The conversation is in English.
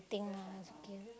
I think ah it's okay